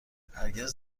هرگز